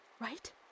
right